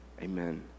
amen